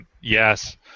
yes